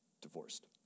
divorced